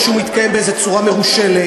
או שהוא מתקיים באיזו צורה מרושלת,